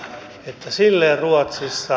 että silleen ruotsissa